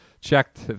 checked